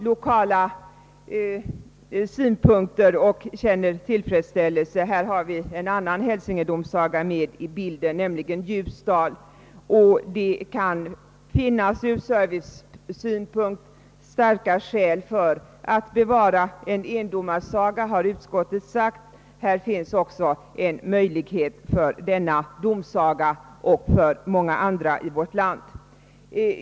Lokala synpunkter gör sig därvidlag också gällande. Här kommer en annan hälsingedomsaga med i bilden, nämligen den i Ljusdal. Det kan enligt utskottet ur servicesynpunkt finnas starka skäl för att bevara en endomardomsaga. Här öppnas alltså en möjlighet för denna domsaga och för många andra i vårt land att få bibehållas.